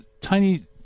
tiny